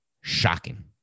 shocking